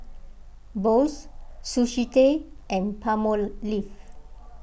Boost Sushi Tei and Palmolive